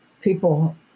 people